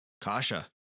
kasha